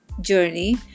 journey